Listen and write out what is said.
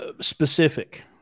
Specific